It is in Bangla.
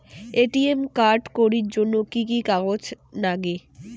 এ.টি.এম কার্ড করির জন্যে কি কি কাগজ নাগে?